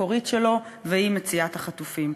המקורית שלו, שהיא מציאת החטופים.